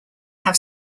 have